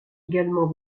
également